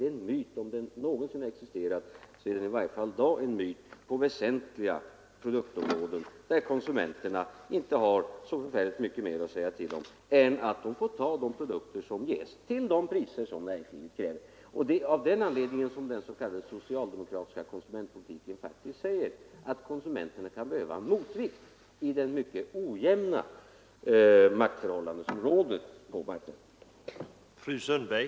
Om det fria konsumentvalet någonsin har existerat så är det i varje fall i dag en myt på väsentliga produktområden, där konsumenterna inte har så särskilt mycket mer att säga till om än att de får ta de produkter som ges till de priser som näringslivet kräver. Det är av den anledningen som den s.k. socialdemokratiska konsumentpolitiken går ut på att konsumenterna kan behöva en motvikt i det mycket ojämna maktförhållande som råder på marknaden.